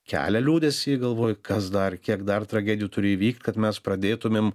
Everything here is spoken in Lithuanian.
kelia liūdesį galvoju kas dar kiek dar tragedijų turi įvykt kad mes pradėtumėm